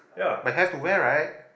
but have to wear right